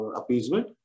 appeasement